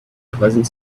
pleasant